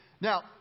Now